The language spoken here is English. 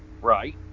Right